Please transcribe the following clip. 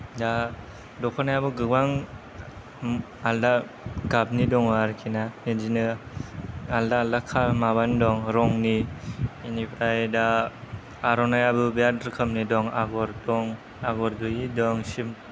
दा दख'नायाबो गोबां आलादा गाबनि दङ आरोखिना बिदिनो आलादा आलादा कालार माबानि दं रंनि इनिफ्राय दा आर'नाइयाबो बिराद रोखोमनि दं आग'र दं आग'र गैयि दं सिम्पोल